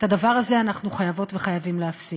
את הדבר הזה אנחנו חייבות וחייבים להפסיק.